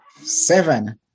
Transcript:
Seven